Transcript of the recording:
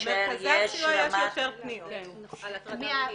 במרכזי הסיוע יש יותר פניות על הטרדה מינית.